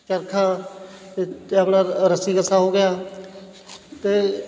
ਚਰਖ਼ਾ ਅਤੇ ਆਪਣਾ ਰੱਸੀ ਕੱਸ਼ਾ ਹੋ ਗਿਆ ਅਤੇ